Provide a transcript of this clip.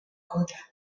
kontra